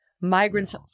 Migrants